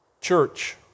Church